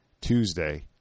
Tuesday